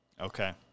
Okay